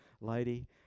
lady